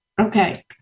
Okay